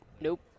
nope